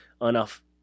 enough